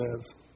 says